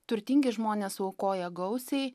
turtingi žmonės aukoja gausiai